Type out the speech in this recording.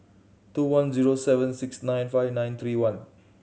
two one zero seven six nine five nine three one